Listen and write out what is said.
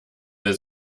will